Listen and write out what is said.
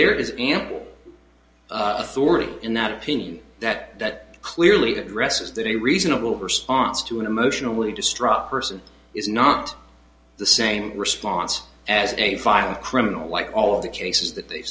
there is ample authority in that opinion that that clearly addresses that a reasonable response to an emotionally distraught person is not the same response as a violent criminal like all the cases that they